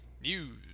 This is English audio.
News